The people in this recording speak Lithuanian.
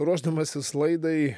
ruošdamasis laidai